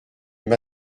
m’a